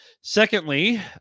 Secondly